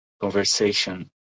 conversation